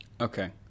Okay